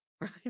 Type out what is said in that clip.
right